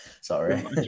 sorry